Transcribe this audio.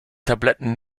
tabletten